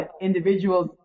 individuals